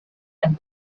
and